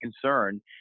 concern